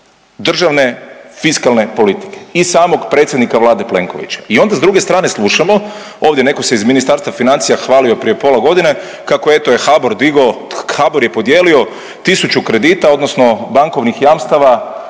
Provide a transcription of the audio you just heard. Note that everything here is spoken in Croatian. državne fiskalne politike i samog predsjednika Vlade Plenkovića. I onda s druge strane slušamo, ovdje netko se iz Ministarstva financija hvalio prije pola godine kako eto HBOR je digao, HBOR je podijelio tisuću kredita odnosno bankovnih jamstava